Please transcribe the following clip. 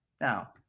Now